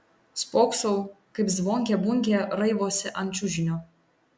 spoksau kaip zvonkė bunkė raivosi ant čiužinio